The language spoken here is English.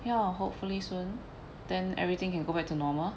ya hopefully soon then everything can go back to normal